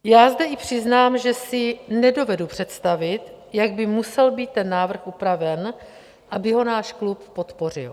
Já zde i přiznám, že si nedovedu představit, jak by musel být ten návrh upraven, aby ho náš klub podpořil.